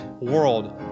world